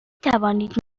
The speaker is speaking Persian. توانید